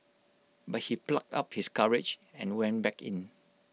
but he plucked up his courage and went back in